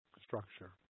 structure